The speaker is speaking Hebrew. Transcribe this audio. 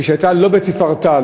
כשהייתה לא בתפארתה,